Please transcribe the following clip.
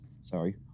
sorry